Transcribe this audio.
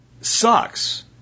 sucks